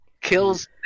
kills